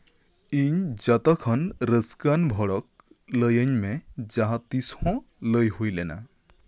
ᱤᱧ ᱡᱷᱚᱛᱚᱠᱷᱚᱱ ᱨᱟᱹᱥᱠᱟᱹᱣᱟᱱ ᱵᱷᱚᱲᱚᱠ ᱞᱟᱹᱭᱟᱹᱧ ᱢᱮ ᱡᱟᱦᱟᱸᱛᱤᱥ ᱦᱚᱸ ᱞᱟᱹᱭ ᱦᱩᱭ ᱞᱮᱱᱟ